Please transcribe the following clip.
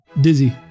Dizzy